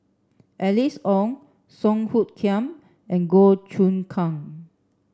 Alice Ong Song Hoot Kiam and Goh Choon Kang